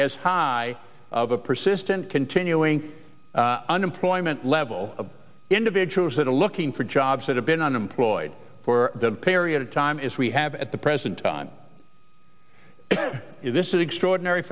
as high of a persistent continuing unemployment level of individuals that are looking for jobs that have been unemployed for a period of time as we have at the present time this extraordinary